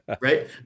right